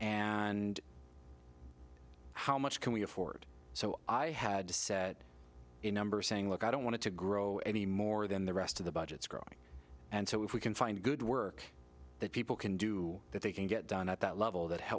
and how much can we afford so i had to set a number saying look i don't want to grow any more than the rest of the budgets growing and so if we can find good work that people can do that they can get done at that level that